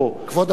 כבוד השר,